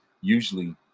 usually